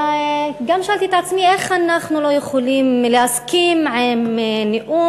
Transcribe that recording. גם שאלתי את עצמי איך אנחנו לא יכולים להסכים עם נאום: